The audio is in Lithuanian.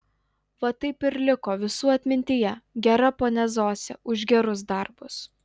va taip ir liko visų atmintyje gera ponia zosė už gerus darbus